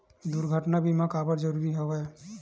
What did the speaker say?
दुर्घटना बीमा काबर जरूरी हवय?